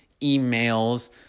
emails